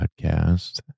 podcast